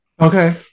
Okay